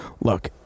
Look